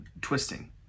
twisting